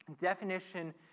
Definition